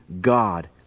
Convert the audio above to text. God